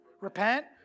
Repent